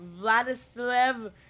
Vladislav